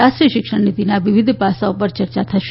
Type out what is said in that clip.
રાષ્ટ્રીય શિક્ષણ નીતિના વિવિધ પાસાંઓ પર ચર્ચા થશે